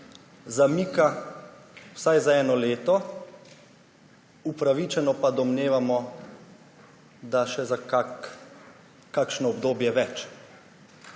zamika vsaj za eno leto, upravičeno pa domnevamo, da še za kakšno obdobje več.